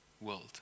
world